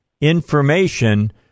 information